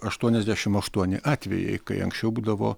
aštuoniasdešimt aštuoni atvejai kai anksčiau būdavo